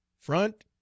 front